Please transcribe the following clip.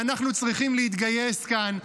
אנחנו צריכים להתגייס כאן,